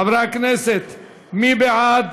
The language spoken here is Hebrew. חברי הכנסת, מי בעד?